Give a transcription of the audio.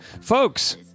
Folks